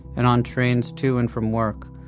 and on trains to and from work,